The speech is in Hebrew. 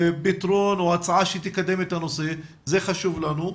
פתרון או הצעה שתקדם את הנושא, זה חשוב לנו,